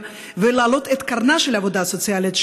ולהעלות את קרנה של העבודה הסוציאלית,